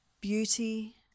Beauty